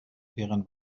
wären